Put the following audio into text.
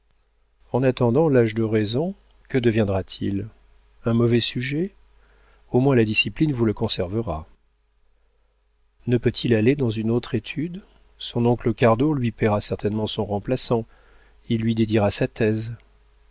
en attendant l'âge de raison que deviendra-t-il un mauvais sujet au moins la discipline vous le conservera ne peut-il aller dans une autre étude son oncle cardot lui paiera certainement son remplaçant il lui dédiera sa thèse